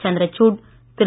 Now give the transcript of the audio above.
சந்திர suit திரு